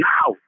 Now